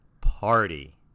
party